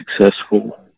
successful